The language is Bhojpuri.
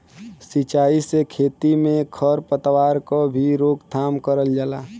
सिंचाई से खेती में खर पतवार क भी रोकथाम करल जाला